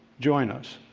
join us.